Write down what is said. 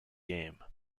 game